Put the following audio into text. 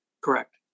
Correct